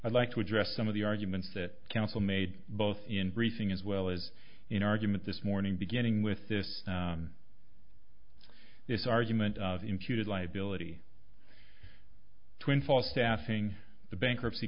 i'd like to address some of the arguments that council made both in briefing as well as in argument this morning beginning with this this argument imputed liability twin falls staffing the bankruptcy